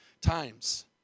times